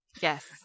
Yes